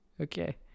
Okay